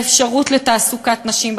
באפשרות של תעסוקת נשים,